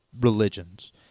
religions